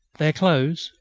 their clothes,